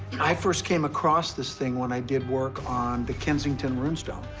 i first came across this thing when i did work on the kensington rune stone,